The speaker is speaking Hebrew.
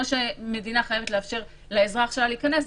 שמדינה חייבת לאפשר לאזרח שלה להיכנס,